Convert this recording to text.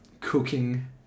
cooking